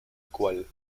cual